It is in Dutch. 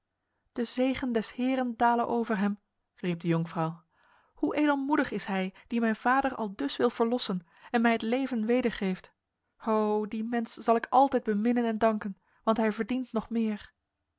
de zegen des heren dale over hem riep de jonkvrouw hoe edelmoedig is hij die mijn vader aldus wil verlossen en mij het leven wedergeeft o die mens zal ik altijd beminnen en danken want hij verdient nog meer